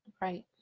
right